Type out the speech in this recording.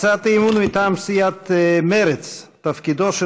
הצעת אי-אמון מטעם סיעת מרצ: תפקודו של